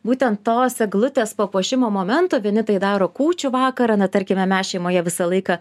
būtent tos eglutės papuošimo momento vieni tai daro kūčių vakarą na tarkime mes šeimoje visą laiką